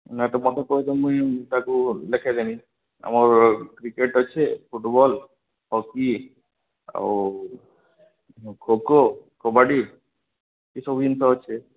ନା ତ ମୋତେ କହି ଦଉନ୍ ମୁଁଇ ତାକୁ ଲେଖେଇ ଦେମି ଆମର୍ କ୍ରିକେଟ୍ ଅଛେ ଫୁଟୁବଲ୍ ହକି ଆଉ ଖୋ ଖୋ କବାଡ଼ି ଏ ସବୁ ଜିନିଷ ଅଛେ